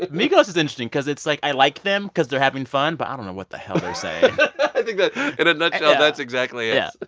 migos is interesting cause it's like, i like them cause they're having fun, but i don't know what the hell they're saying i think that in a nutshell, that's exactly it yeah,